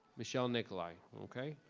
michelle nikolai, okay,